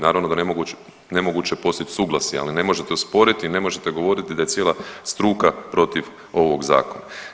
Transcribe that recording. Naravno da je nemoguće postići suglasje, ali ne možete osporiti, ne možete govoriti da je cijela struka protiv ovog zakona.